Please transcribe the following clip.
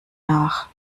nach